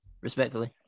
respectfully